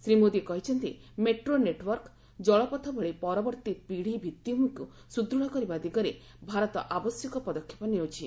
ଶ୍ରୀ ମୋଦି କହିଛନ୍ତି metro network ଜଳପଥ ଭଳି ପରବର୍ତ୍ତୀ ପିଡ଼ି ଭିଭିମିକୁ ସୁଦୃଢ଼ କରିବା ଦିଗରେ ଭାରତ ଆବଶ୍ୟକ ପଦକ୍ଷେପ ନେଉଛି